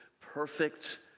perfect